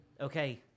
okay